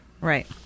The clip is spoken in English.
Right